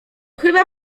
chyba